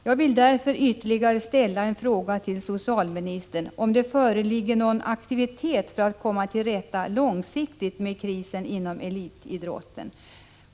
Jag vill därför ställa ytterligare en fråga till socialministern: Föreligger det någon aktivitet för att långsiktigt komma till rätta med krisen inom elitidrotten?